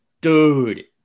Dude